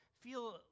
feel